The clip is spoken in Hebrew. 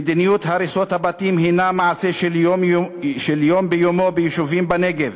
מדיניות הריסות הבתים היא מעשה של יום ביומו ביישובים בנגב?